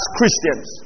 Christians